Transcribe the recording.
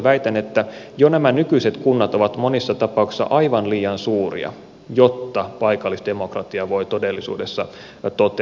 väitän että jo nämä nykyiset kunnat ovat monissa tapauksissa aivan liian suuria jotta paikallisdemokratia voi todellisuudessa toteutua